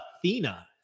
Athena